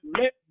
let